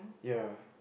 ya